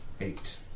Eight